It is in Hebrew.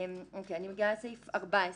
סעיף 14